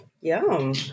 Yum